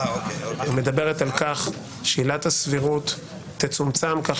היא מדברת על כך שעילת הסבירות תצומצם כך